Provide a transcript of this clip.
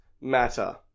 matter